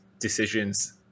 decisions